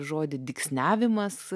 žodį dygsniavimas